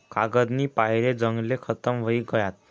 कागदनी पायरे जंगले खतम व्हयी गयात